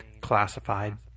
classified